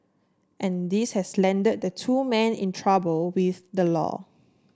and this has landed the two men in trouble with the law